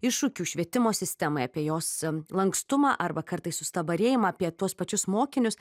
iššūkių švietimo sistemoje apie jos lankstumą arba kartais sustabarėjimą apie tuos pačius mokinius